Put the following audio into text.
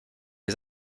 les